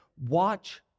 watch